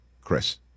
Chris